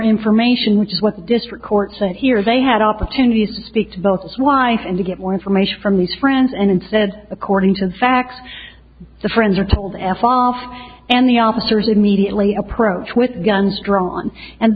information which is what the district court said here they had opportunities to speak to both why and to get more information from these friends and instead according to the facts the friends are told f off and the officers immediately approach with guns drawn and